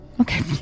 Okay